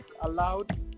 allowed